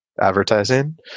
advertising